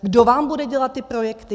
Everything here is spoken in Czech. Kdo vám bude dělat ty projekty?